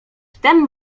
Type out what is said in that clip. tem